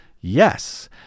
Yes